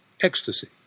ecstasy